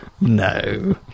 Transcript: No